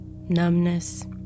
numbness